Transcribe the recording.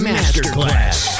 Masterclass